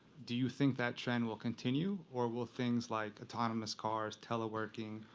do you think that trend will continue? or will things like autonomous cars, teleworking,